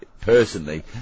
personally